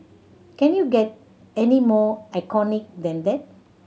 can you get any more iconic than that